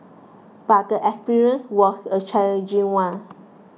but the experience was a challenging one